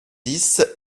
dix